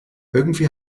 irgendwie